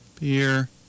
beer